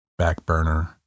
backburner